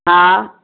हा